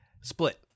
Split